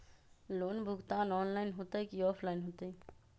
Loan भुगतान online होतई कि ऑफलाइन होतई?